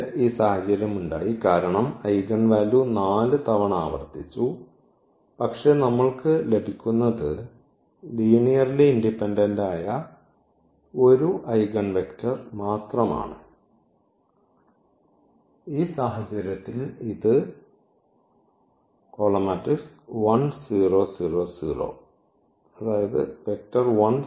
ഇവിടെ ഈ സാഹചര്യം ഉണ്ടായി കാരണം ഐഗൺവാല്യൂ 4 തവണ ആവർത്തിച്ചു പക്ഷേ നമ്മൾക്ക് ലഭിക്കുന്നത് ലീനിയർലി ഇൻഡിപെൻഡന്റ് ആയ ഒരു ഐഗൺവെക്ടർ മാത്രമാണ് ഈ സാഹചര്യത്തിൽ ഇത് ആണ്